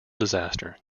disaster